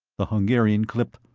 the hungarian clipped,